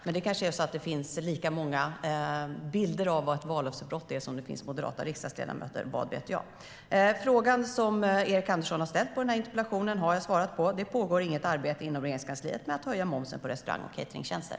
Men det kanske finns lika många varianter av vad som är vallöftesbrott som det finns moderata riksdagsledamöter. Vad vet jag? Jag har svarat på frågan som Erik Andersson har ställt i interpellationen. Det pågår inget arbete inom Regeringskansliet med att höja momsen på restaurang och cateringtjänster.